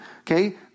okay